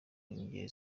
ngeri